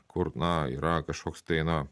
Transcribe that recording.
kur na yra kažkoks tai na